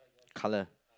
colour